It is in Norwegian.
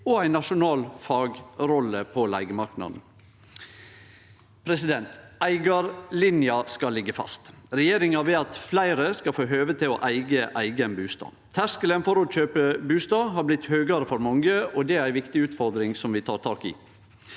og ei nasjonal fagrolle på leigemarknaden. Eigarlinja skal liggje fast. Regjeringa vil at fleire skal få høve til å eige eigen bustad. Terskelen for å kjøpe bustad har blitt høgare for mange, og det er ei viktig utfordring som vi tek tak i.